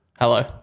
Hello